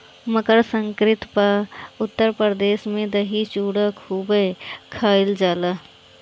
मकरसंक्रांति पअ उत्तर भारत में दही चूड़ा खूबे खईल जाला